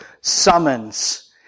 summons